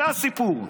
זה הסיפור.